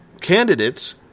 candidates